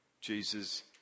Jesus